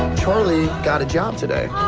charlie, got a job today. oh,